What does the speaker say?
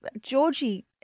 Georgie